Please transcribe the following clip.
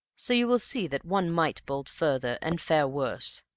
so you will see that one might bolt further and fare worse.